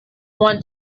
want